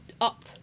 up